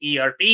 ERP